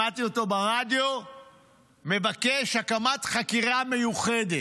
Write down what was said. שמעתי אותו ברדיו מבקש הקמת חקירה מיוחדת.